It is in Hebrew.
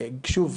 שוב,